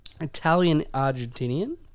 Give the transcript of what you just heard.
Italian-Argentinian